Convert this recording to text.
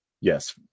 Yes